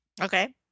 Okay